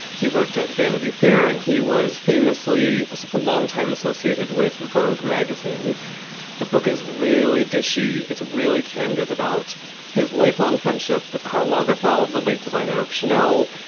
he worked at vanity fair. and he was famously a longtime associated with vogue magazine the book is really dishy. it's really candid about his lifelong friendship with karl lagerfeld, the late designer of chanel.